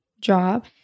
job